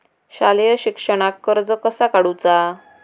शालेय शिक्षणाक कर्ज कसा काढूचा?